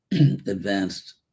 advanced